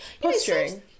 Posturing